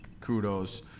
Kudos